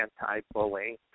anti-bullying